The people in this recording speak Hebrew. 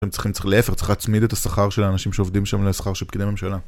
הם צריכים, צריך להפך, צריך להצמיד את השכר של האנשים שעובדים שם לשכר של פקידי ממשלה.